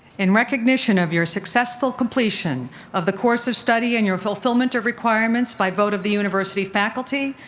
in recognition of your successful completion of the course of study and your fulfillment of requirements, by vote of the university faculty,